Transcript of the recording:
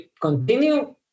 continue